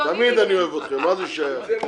תמיד אני אוהב אתכם, מה זה שייך?